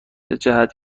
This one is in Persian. جهت